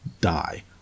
die